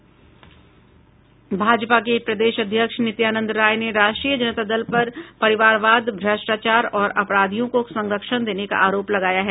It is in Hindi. भाजपा के प्रदेश अध्यक्ष नित्यानंद राय ने राष्ट्रीय जनता दल पर परिवारवाद भ्रष्टाचार और अपराधियों को संरक्षण देने का आरोप लगाया है